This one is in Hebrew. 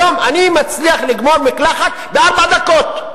היום אני מצליח לגמור מקלחת בארבע דקות.